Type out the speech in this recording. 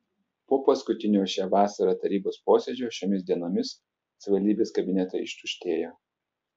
po paskutinio šią vasarą tarybos posėdžio šiomis dienomis savivaldybės kabinetai ištuštėjo